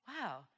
wow